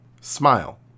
Smile